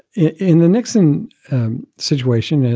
in the nixon situation,